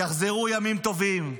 יחזרו ימים טובים.